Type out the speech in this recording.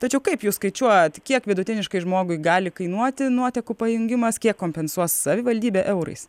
tačiau kaip jūs skaičiuojat kiek vidutiniškai žmogui gali kainuoti nuotekų pajungimas kiek kompensuos savivaldybė eurais